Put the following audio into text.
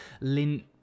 lint